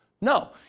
No